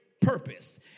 purpose